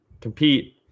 compete